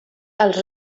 als